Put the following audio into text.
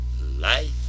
life